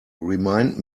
remind